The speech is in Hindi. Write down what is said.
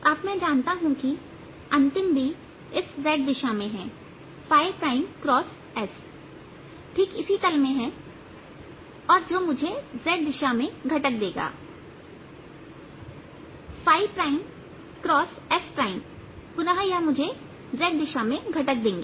अब मैं जानता हूं कि अंतिम B इस z दिशा में है s ठीक इसी xy तल में है और जो मुझे z दिशा में घटक देगा sपुनः यह मुझे z दिशा में घटक देंगे